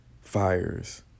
fires